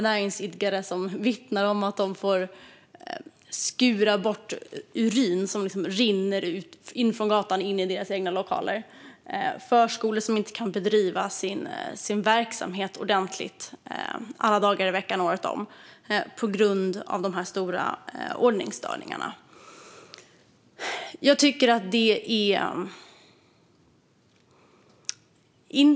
Näringsidkare vittnar om att de får skura bort urin som rinner från gatan in i deras lokaler. Förskolor kan inte bedriva sin verksamhet ordentligt alla dagar i veckan, året om, på grund av dessa stora ordningsstörningar.